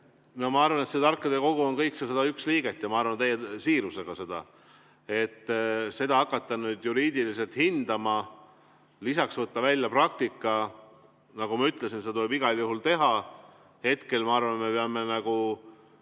ma arvan, et see tarkade kogu on kõik 101 liiget, ja ma arvan seda täie siirusega. Seda hakata nüüd juriidiliselt hindama, lisaks võtta välja praktika – nagu ma ütlesin, seda tuleb igal juhul teha. Hetkel ma arvan, et me peame sellega